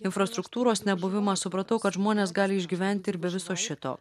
infrastruktūros nebuvimą supratau kad žmonės gali išgyventi ir be viso šito